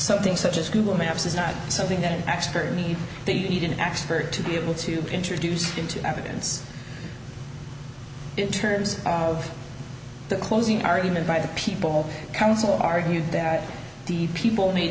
something such as google maps is not something that an expert that even an expert to be able to introduce into evidence in terms of the closing argument by the people counsel argued that the people need